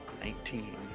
Nineteen